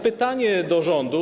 Pytanie do rządu.